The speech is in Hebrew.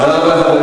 נמשיך עד הבוקר.